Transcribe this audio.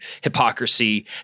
hypocrisy